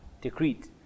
decreed